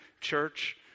church